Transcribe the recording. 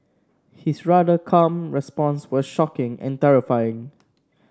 his rather calm response was shocking and terrifying